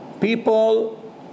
People